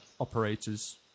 operators